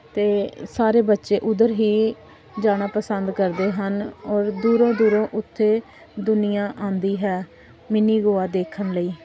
ਅਤੇ ਸਾਰੇ ਬੱਚੇ ਉੱਧਰ ਹੀ ਜਾਣਾ ਪਸੰਦ ਕਰਦੇ ਹਨ ਔਰ ਦੂਰੋਂ ਦੂਰੋਂ ਉੱਥੇ ਦੁਨੀਆ ਆਉਂਦੀ ਹੈ ਮਿੰਨੀ ਗੋਆ ਦੇਖਣ ਲਈ